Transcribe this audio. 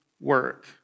work